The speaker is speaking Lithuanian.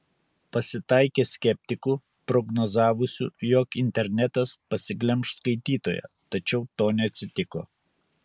pasitaikė skeptikų prognozavusių jog internetas pasiglemš skaitytoją tačiau to neatsitiko